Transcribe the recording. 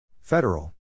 Federal